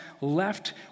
left